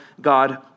God